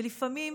ולפעמים,